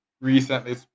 recently